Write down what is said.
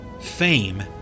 fame